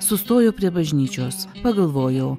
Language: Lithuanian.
sustojau prie bažnyčios pagalvojau